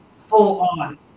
full-on